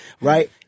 right